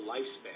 lifespan